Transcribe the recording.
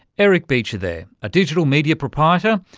eric beecher there, a digital media proprietor,